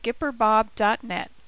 skipperbob.net